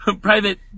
Private